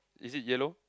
is it yellow